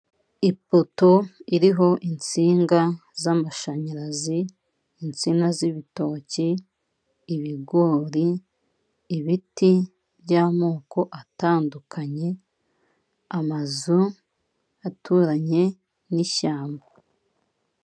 Ipoto iriho insinga z'amashanyarazi, insina z'ibitoki, ibigori, ibiti by'amoko atandukanye, amazu aturanye n'ishyamba.